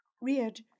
reared